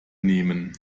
nehmen